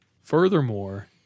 Furthermore